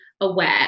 aware